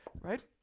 right